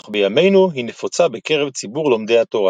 אך בימינו היא נפוצה בקרב ציבור לומדי התורה.